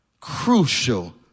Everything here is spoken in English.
crucial